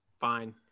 Fine